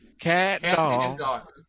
Cat-Dog